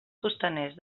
costaners